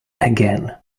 again